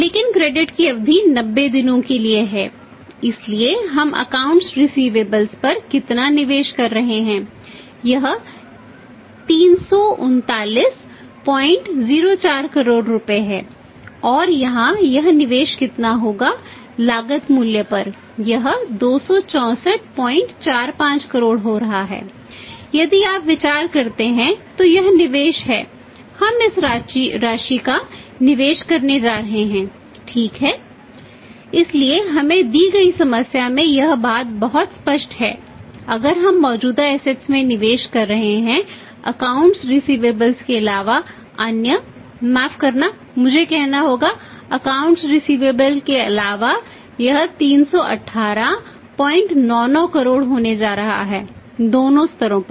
लेकिन क्रेडिट के अलावा यह 31899 करोड़ होने जा रहा है दोनों स्तरों पर